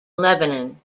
lebanon